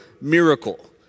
miracle